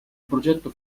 progetto